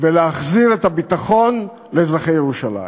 ולהחזיר את הביטחון לאזרחי ירושלים.